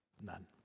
None